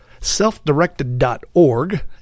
self-directed.org